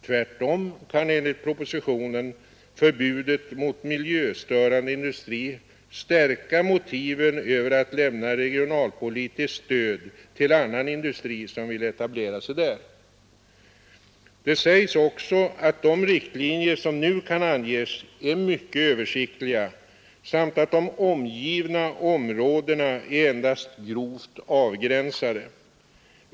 Tvärtom kan, enligt propositionen, förbudet mot miljöstörande industri stärka motiven för att lämna regionalpolitiskt stöd till annan industri som vill etablera sig där. Det sägs också att de riktlinjer som nu kan anges är mycket översiktliga samt att de angivna områdena är endast grovt avgränsade.